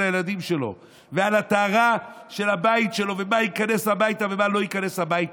הילדים שלו והטהרה של הבית שלו ומה ייכנס הביתה ומה לא ייכנס הביתה.